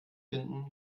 finden